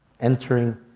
entering